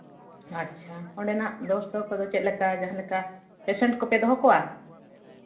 ᱟᱪᱪᱷᱟ ᱚᱸᱰᱮᱱᱟᱜ ᱵᱮᱵᱚᱥᱛᱷᱟ ᱠᱚᱫᱚ ᱪᱮᱫ ᱞᱮᱠᱟ ᱡᱟᱦᱟᱸ ᱞᱮᱠᱟ ᱯᱮᱥᱮᱱᱴ ᱠᱚᱯᱮ ᱫᱚᱦᱚ ᱠᱚᱣᱟ